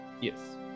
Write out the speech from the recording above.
Yes